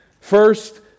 First